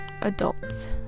adults